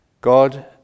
God